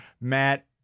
Matt